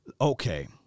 okay